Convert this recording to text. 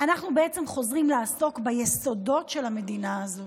אנחנו חוזרים לעסוק ביסודות של המדינה הזאת.